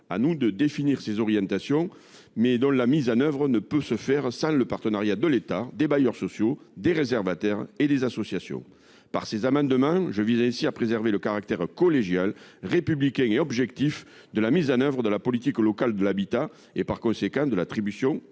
revient de définir ces orientations, leur mise en œuvre ne peut se faire sans le partenariat de l’État, des bailleurs sociaux, des réservataires et des associations. Par ces deux amendements, je souhaite préserver le caractère collégial, républicain et objectif de la mise en œuvre de la politique locale de l’habitat, en particulier en ce qui concerne